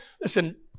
Listen